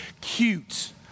cute